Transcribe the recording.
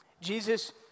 Jesus